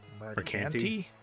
Mercanti